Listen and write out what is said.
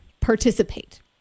participate